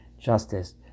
justice